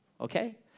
okay